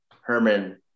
Herman